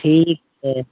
ठीक अइ